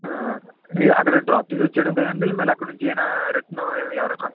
మీరు అక్కడ డ్రాప్ చేసి వచ్చేయడమే కదండీ లేదంటే మళ్లీ అక్కడ నుంచి ఏమన్నా రిటర్న్ ఎవరన్నా